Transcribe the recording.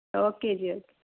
okay ਜੀ okay